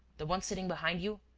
the one sitting behind you.